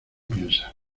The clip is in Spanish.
piensa